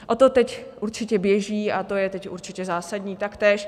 O to teď určitě běží a to je teď určitě zásadní taktéž.